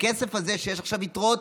בכסף הזה, שיש עכשיו יתרות,